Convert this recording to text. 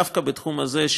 דווקא בתחום הזה,